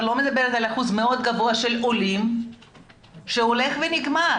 לא מדברת על אחוז מאוד גבוה של עולים וזה הולך ונגמר.